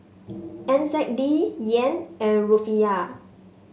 N Z D Yen and Rufiyaa